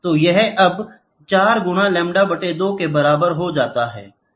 तो यह अब 4 गुना लैम्ब्डा बटे दो के बराबर हो जाता है